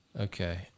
Okay